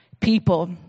people